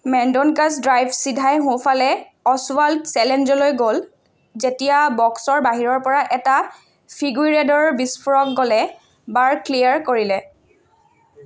মেণ্ডনকাচ drive চিধাই সোঁফালে Oswald ছেঞ্চেজলৈ গ'ল যেতিয়া বক্সৰ বাহিৰৰ পৰা এটা ফিগুইৰেডৰ বিস্ফোৰক গ'লে বাৰ ক্লিয়েৰ কৰিলে